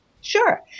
Sure